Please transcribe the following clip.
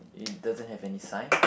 it doesn't have any sign